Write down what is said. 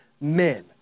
men